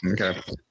Okay